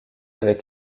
avec